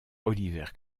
oliver